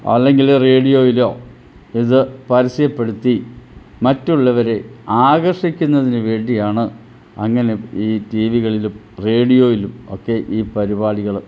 അല്ലെങ്കിൽ റേഡിയോയിലോ ഇത് പരസ്യപ്പെടുത്തി മറ്റുള്ളവരെ ആകർഷിക്കുന്നതിനു വേണ്ടിയാണ് അങ്ങനെ ഈ ടീ വികളിലും റേഡിയോയിലും ഒക്കെ ഈ പരിപാടികൾ